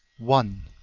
one.